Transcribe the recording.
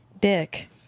Dick